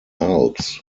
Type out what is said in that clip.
alps